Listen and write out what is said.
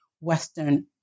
western